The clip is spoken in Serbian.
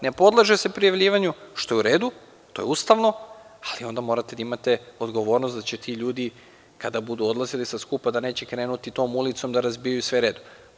Ne podleže se prijavljivanju što je u redu, to je ustavno, ali onda morate da imate odgovornost da će ti ljudi kada budu odlazili sa skupa da neće krenuti tom ulicom da razbijaju sve redom.